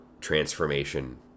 transformation